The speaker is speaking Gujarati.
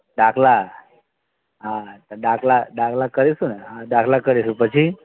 ડાકલા હા તો ડાકલા ડાકલા કરીશું ને હા ડાકલા કરીશું પછી